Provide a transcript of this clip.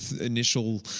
initial